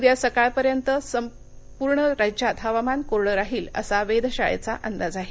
उद्या सकाळ पर्यंत संपूर्ण राज्यात हवामान कोरड राहील असा वेधशाळेचा अंदाज आहे